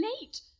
late